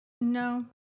no